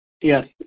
Yes